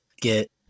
get